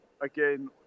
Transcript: again